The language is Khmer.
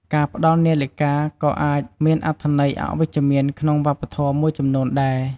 ការផ្តល់នាឡិកាក៏អាចមានអត្ថន័យអវិជ្ជមានក្នុងវប្បធម៌មួយចំនួនដែរ។